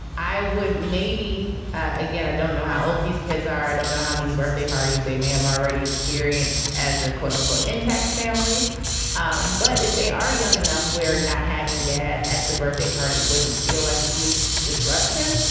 i would maybe. again i don't know how old these kids are. i don't know how many birthday parties they may have already experienced as a quote unquote intact family um but if they are young enough where not having dad at the birthday party wouldn't feel like a huge disruption.